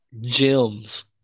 gems